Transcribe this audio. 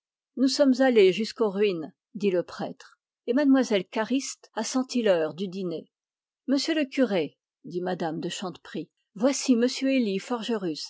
nous sommes allés jusqu'aux ruines dit le prêtre et lle m cariste a senti l'heure du dîner monsieur le curé dit mme de chanteprie voici m élie